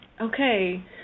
okay